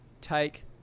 take